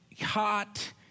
hot